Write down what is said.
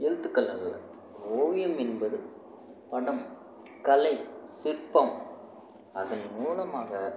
எழுத்துக்கள் அல்ல ஓவியம் என்பது படம் கலை சிற்பம் அதன் மூலமாக